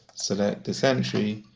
select this entry,